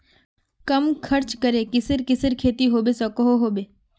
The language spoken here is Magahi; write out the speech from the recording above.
कम खर्च करे किसेर किसेर खेती होबे सकोहो होबे?